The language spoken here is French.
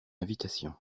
invitation